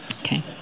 Okay